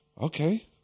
Okay